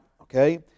Okay